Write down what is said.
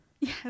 Yes